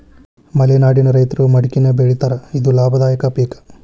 ಮಲೆನಾಡಿನ ರೈತರು ಮಡಕಿನಾ ಬೆಳಿತಾರ ಇದು ಲಾಭದಾಯಕ ಪಿಕ್